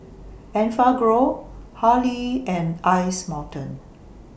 Enfagrow Hurley and Ice Mountain